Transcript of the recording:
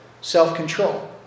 self-control